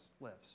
lives